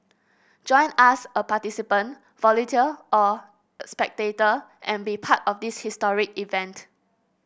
join us a participant volunteer or spectator and be part of this historic event